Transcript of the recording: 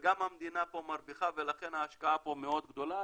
וגם המדינה פה מרוויחה ולכן ההשקעה פה מאוד גדולה.